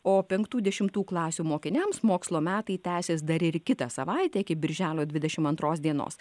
o penktų dešimtų klasių mokiniams mokslo metai tęsis dar ir kitą savaitę iki birželio dvidešim antros dienos